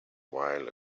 while